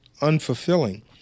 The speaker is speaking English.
unfulfilling